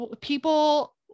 People